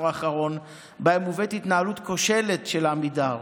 האחרון שבהם מובאת התנהלות כושלת של עמידר.